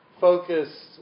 focus